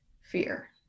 fear